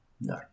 no